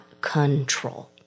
control